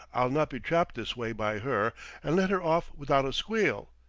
i'll not be trapped this way by her and let her off without a squeal.